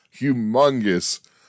humongous